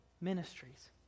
ministries